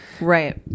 Right